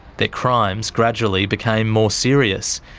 their crimes gradually became more serious,